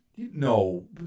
No